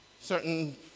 certain